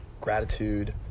gratitude